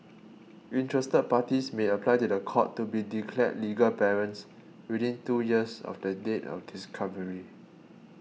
interested parties may apply to the court to be declared legal parents within two years of the date of discovery